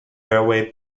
railway